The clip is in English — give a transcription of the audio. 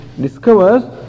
discovers